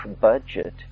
budget